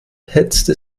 hetzte